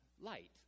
light